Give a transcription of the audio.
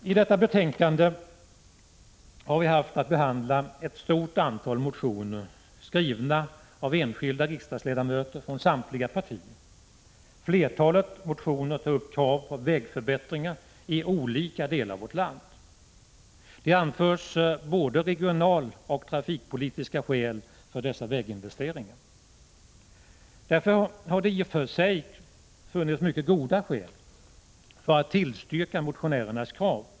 Vi har haft att i detta betänkande behandla ett stort antal motioner skrivna av enskilda riksdagsledamöter från samtliga partier. Flertalet motioner tar upp krav på vägförbättringar i olika delar av vårt land. Det anförs både regionalpolitiska och trafikpolitiska skäl för dessa väginvesteringar. Därför har det i och för sig funnits mycket goda skäl för att tillstyrka motionärernas krav.